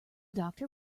doctor